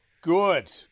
Good